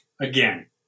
Again